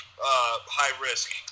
high-risk